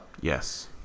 Yes